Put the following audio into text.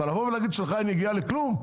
אבל לבוא ולהגיד שלך אין נגיעה לכלום?